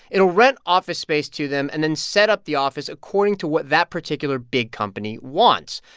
it will rent office space to them and then set up the office according to what that particular big company wants.